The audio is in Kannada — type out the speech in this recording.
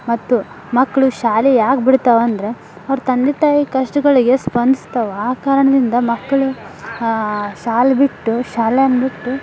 ಮತ್ತು ಮಕ್ಕಳು ಶಾಲೆ ಯಾಕೆ ಬಿಡ್ತವೆ ಅಂದರೆ ಅವ್ರು ತಂದೆ ತಾಯಿ ಕಷ್ಟಗಳಿಗೆ ಸ್ಪಂದ್ಸ್ತವೆ ಆ ಕಾರಣದಿಂದ ಮಕ್ಕಳು ಶಾಲೆ ಬಿಟ್ಟು ಶಾಲೆಯನ್ನು ಬಿಟ್ಟು